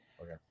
okay